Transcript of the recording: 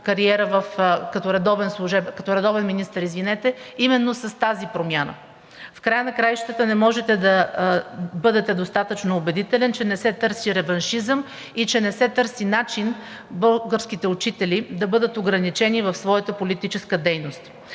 кариера като редовен министър именно с тази промяна? В края на краищата не можете да бъдете достатъчно убедителен, че не се търси реваншизъм и че не се търси начин българските учители да бъдат ограничени в своята политическа дейност.